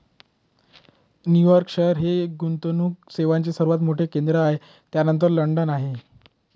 New York शहर हे गुंतवणूक सेवांचे सर्वात मोठे केंद्र आहे त्यानंतर लंडन आहे